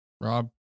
Rob